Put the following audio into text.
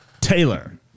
Taylor